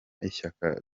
ishyaka